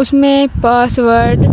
اس میں پاسورڈ